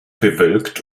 bewölkt